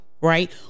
Right